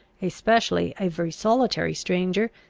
especially every solitary stranger,